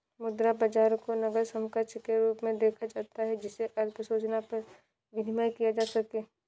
मुद्रा बाजार को नकद समकक्ष के रूप में देखा जाता है जिसे अल्प सूचना पर विनिमेय किया जा सके